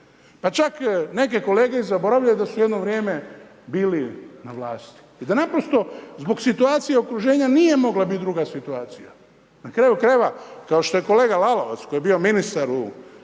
Pa čak neke kolege zaboravljaju da su jedno vrijeme bili na vlasti i da naprosto zbog situacije okruženja nije mogla biti druga situacija. Na kraju krajeva, kao što je kolega Lalovac, koji je bio ministar u